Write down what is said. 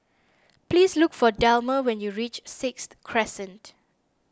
please look for Delmer when you reach Sixth Crescent